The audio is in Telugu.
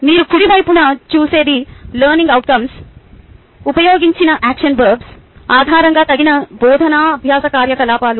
మీరు కుడి వైపున చూసేది మీ లెర్నింగ్ అవుట్కంస్ ఉపయోగించిన యాక్షన్ వర్బ్ ఆధారంగా తగిన బోధనా అభ్యాస కార్యకలాపాలు